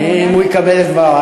מה שהוא יהיה מעוניין?